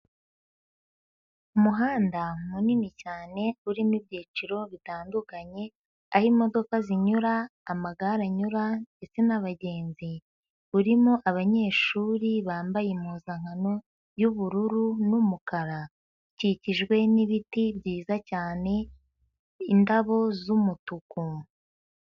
Umuhanda munini cyane urimo ibyiciro bitandukanye aho imodoka zinyura, amagare anyura ndetse n'abagenzi, urimo abanyeshuri bambaye impuzankano y'ubururu n'umukara, ukikijwe n'ibiti byiza cyane, indabo z'umutuku.